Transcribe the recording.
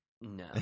No